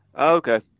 okay